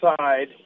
side